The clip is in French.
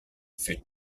fut